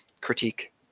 critique